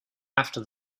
after